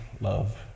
love